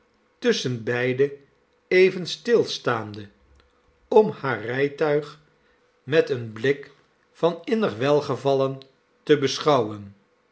tusschenbeide even stilstaande om haar rijtuig met een blik van innig welgevallen te beschouwen